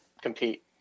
compete